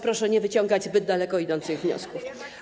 Proszę nie wyciągać zbyt daleko idących wniosków.